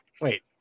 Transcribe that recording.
wait